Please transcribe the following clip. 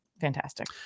fantastic